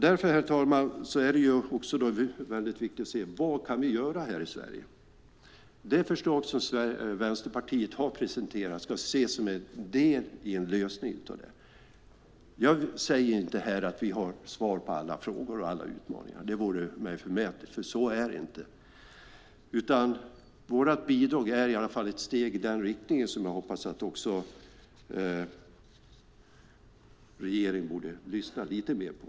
Därför, herr talman, är det väldigt viktigt att se vad vi kan göra här i Sverige. De förslag som Vänsterpartiet har presenterat ska ses som en del i en lösning. Jag säger inte här att vi har svar på alla frågor och alla utmaningar - det vore mig förmätet - för så är det inte. Men vårt bidrag är i alla fall ett steg i den riktningen och något som jag tycker att regeringen borde lyssna lite mer på.